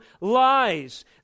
lies